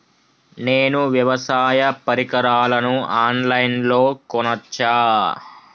నేను వ్యవసాయ పరికరాలను ఆన్ లైన్ లో కొనచ్చా?